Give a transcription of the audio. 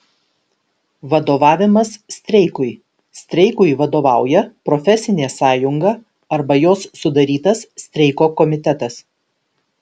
vadovavimas streikui streikui vadovauja profesinė sąjunga arba jos sudarytas streiko komitetas